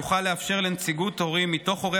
יוכל לאפשר לנציגות הורים מתוך הורי